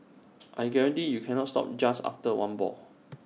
I guarantee you cannot stop just after one ball